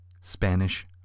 Spanish